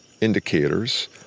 indicators